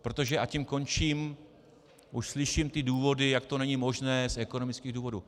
Protože, a tím končím, už slyším ty důvody, jak to není možné z ekonomických důvodů.